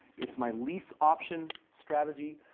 it's my lease option strategy.